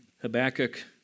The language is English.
Habakkuk